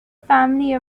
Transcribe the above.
family